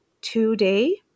today